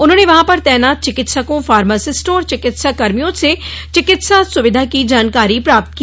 उन्होंने वहां पर तैनात चिकित्सों फार्मासिस्टों और चिकित्साकर्मियों से चिकित्सा सुविधा की जानकारी प्राप्त की